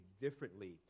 differently